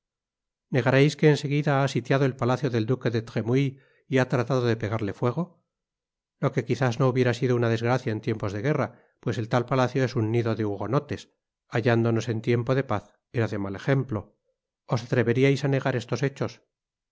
que en segdida han sitiado el palacio del duque de la tremouille y han tratado de pegarle fuego lo que quizás no hubiera sido una desgracia en tiempos de guerra pues el tal palacio es un nido de hugonotes hallándonos en tiempos de paz era de mal ejemplo os atreveríais á negar estos hechos